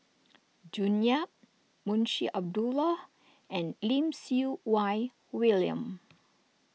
June Yap Munshi Abdullah and Lim Siew Wai William